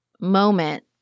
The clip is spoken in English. moment